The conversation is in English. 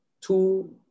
Two